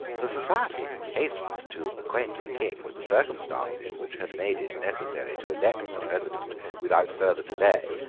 the society hastened to acquaint the king with the circumstances which had made it necessary to elect a president without further delay,